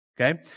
Okay